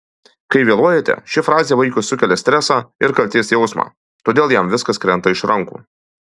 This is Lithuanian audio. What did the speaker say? kai vėluojate ši frazė vaikui sukelia stresą ir kaltės jausmą todėl jam viskas krenta iš rankų